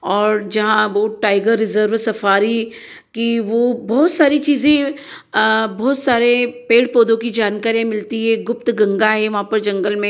और जहाँ वो टाइगर रिजर्व सफारी की वो बहुत सारी चीज़ें बहुत सारे पेड़ पौधों की जानकारियाँ मिलती है गुप्त गंगा है वहाँ पर जंगल में